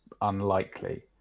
unlikely